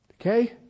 Okay